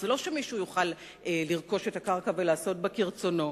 זה לא שמישהו יוכל לרכוש את הקרקע ולעשות בה כרצונו.